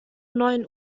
neuen